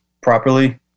properly